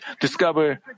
discover